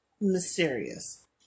mysterious